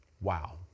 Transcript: Wow